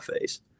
face